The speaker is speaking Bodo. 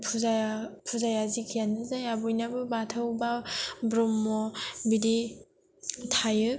फुजाया जेखियानो जाया बयनियाबो बाथौ बा ब्रह्म बिदि थायो